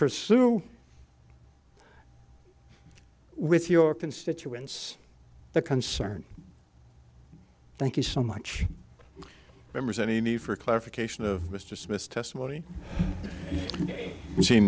pursue with your constituents the concern thank you so much members any for clarification of this dismissed testimony